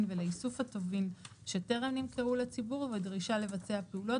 ולאיסוף הטובין שטרם נמכרו לציבור ודרישה לבצע פעולות,